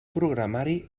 programari